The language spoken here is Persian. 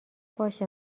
باشه